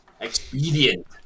expedient